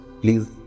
Please